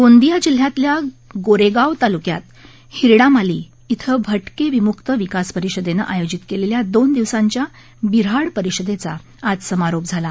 गोंदिया जिल्ह्यातल्या गोरेगाव तालुक्यात हिरडामाली इथं भटके विमुक्त विकास परिषदेनं आयोजित केलेल्या दोन दिवसांच्या बिर्हाड परिषदेचा आज समारोप झाला